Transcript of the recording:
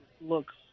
looks